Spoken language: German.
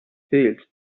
fehlt